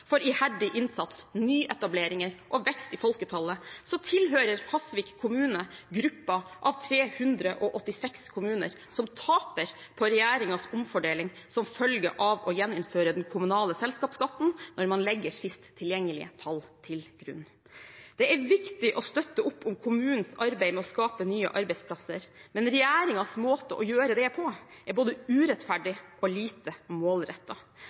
for iherdig innsats, nyetableringer og vekst i folketallet tilhører Hasvik kommune gruppen av 386 kommuner som taper på regjeringens omfordeling som følge av å gjeninnføre den kommunale selskapsskatten når man legger sist tilgjengelige tall til grunn. Det er viktig å støtte opp om kommunens arbeid for å skape nye arbeidsplasser, men regjeringens måte å gjøre det på, er både urettferdig og lite